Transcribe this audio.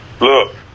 Look